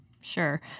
sure